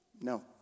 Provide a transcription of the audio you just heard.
No